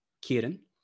Kieran